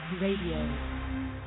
Radio